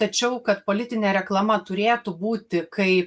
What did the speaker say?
tačiau kad politinė reklama turėtų būti kaip